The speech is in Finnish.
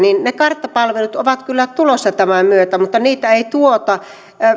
ne karttapalvelut ovat kyllä tulossa tämän myötä mutta niitä ei tuota